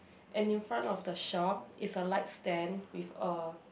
and in front of the shop is a light stand with a